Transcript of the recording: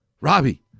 Robbie